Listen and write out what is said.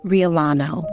Riolano